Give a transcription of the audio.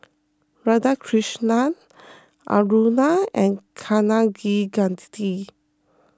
Radhakrishnan Aruna and Kaneganti